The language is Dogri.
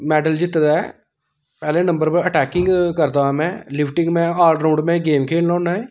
मेडल जित्ते दा ऐ पैह्ले नंबर उप्पर अटैकिंग करदा हा में लिफ्टिंग में आलॅराउंड में गेम खेलना होन्ना ऐं